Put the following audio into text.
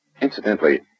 Incidentally